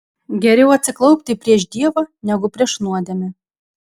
geriau atsiklaupti prieš dievą negu prieš nuodėmę